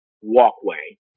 walkway